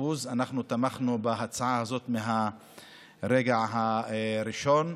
ואנחנו תמכנו בהצעה הזאת מהרגע הראשון,